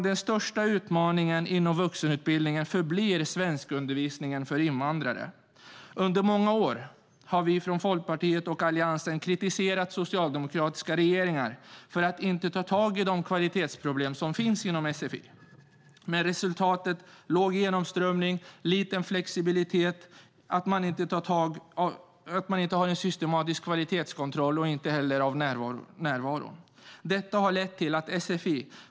Den största utmaningen inom vuxenutbildningen förblir svenskundervisningen för invandrare. Under många år har vi från Folkpartiet och Alliansen kritiserat socialdemokratiska regeringar för att inte ta tag i kvalitetsproblemen inom sfi med låg genomströmning och liten flexibilitet. Man har inte någon systematisk kvalitetskontroll och heller ingen kontroll av närvaron.